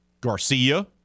Garcia